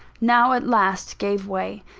now at last gave way.